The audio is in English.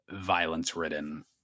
violence-ridden